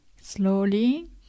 slowly